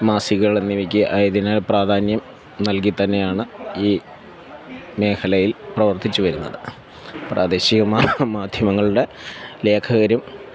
മാസികകളെന്നിവയ്ക്ക് ആയതിനാല് പ്രാധാന്യം നല്കി തന്നെയാണ് ഈ മേഖലയില് പ്രവര്ത്തിച്ചു വരുന്നത് പ്രാദേശികമായ മാധ്യമങ്ങളുടെ ലേഖകരും